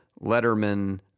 Letterman